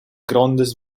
grondas